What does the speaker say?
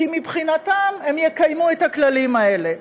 כי מבחינתם הם יקיימו את הכללים האלה.